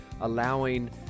allowing